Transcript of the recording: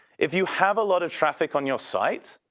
if you have a lot of traffic on your site,